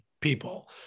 people